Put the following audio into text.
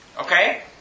Okay